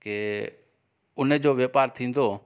के उनजो वापार थींदो